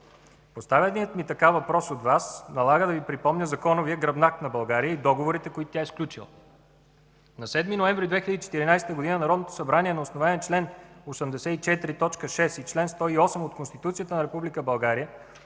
Поставеният ми така въпрос от Вас налага да Ви припомня законовия гръбнак на България и договорите, които тя е сключила. На 7 ноември 2014 г. Народното събрание на основание чл. 84, т. 6 и чл. 108 от Конституцията на Република